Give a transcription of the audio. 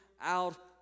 out